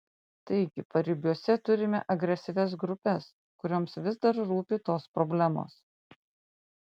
taigi paribiuose turime agresyvias grupes kurioms vis dar rūpi tos problemos